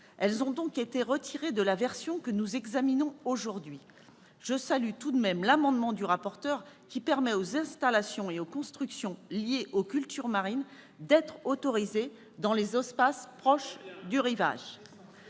Elles ont donc été retirées de la version que nous examinons aujourd'hui. Je salue tout de même l'amendement du rapporteur qui vise à permettre aux installations et constructions liées aux cultures marines d'être autorisées dans les espaces proches du rivage.